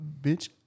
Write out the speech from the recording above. Bitch